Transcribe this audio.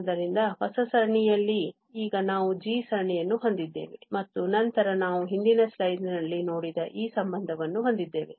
ಆದ್ದರಿಂದ ಹೊಸ ಸರಣಿಯಲ್ಲಿ ಈಗ ನಾವು g ಸರಣಿಯನ್ನು ಹೊಂದಿದ್ದೇವೆ ಮತ್ತು ನಂತರ ನಾವು ಹಿಂದಿನ slide ನಲ್ಲಿ ನೋಡಿದ ಈ ಸಂಬಂಧವನ್ನು ಹೊಂದಿದ್ದೇವೆ